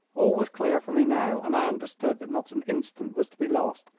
all was clear for me now and i understood that not an instant was to be lost.